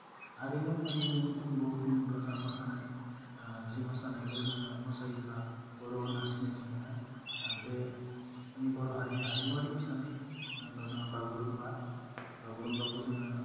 हारिमु होन्नानै बुङो बुंबो बुङोब्ला जोहा मोसानाय जि मोसानायखौ जोङो मोसायोब्ला बर' होन्ना सिनायथि मोनो बे जोंनि बर' हारिनि हारिमुवारि मोसानाय होनोब्ला जोहा बागुरुम्बा बागुरुम्बाखौ जोङो